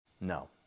No